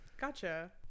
Gotcha